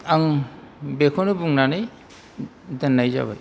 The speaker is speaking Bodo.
आं बेखौनो बुंनानै दोननाय जाबाय